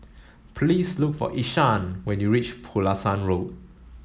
please look for Ishaan when you reach Pulasan Road